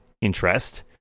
interest